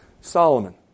Solomon